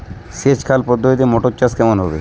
সেচ খাল পদ্ধতিতে মটর চাষ কেমন হবে?